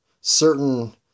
certain